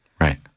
Right